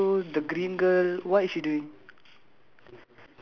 okay um so the green girl what is she doing